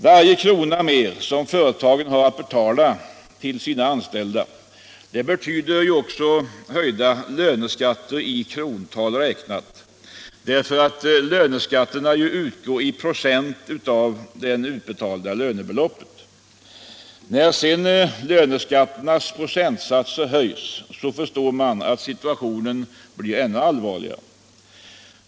Varje krona mer som företagen skall betala till sina anställda betyder också höjda löneskatter i krontal räknat, därför att löneskatterna utgår i procent av det utbetalda lönebeloppet. När sedan löneskatternas procentsatser höjs förstår man att situationen blir ännu allvarligare.